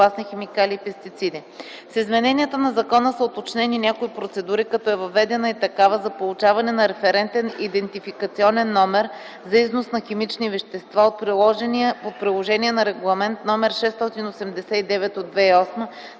С измененията на закона са уточнени някои процедури, като е въведена и такава за получаване на референтен идентификационен номер за износ на химични вещества от приложения на Регламент № 689/2008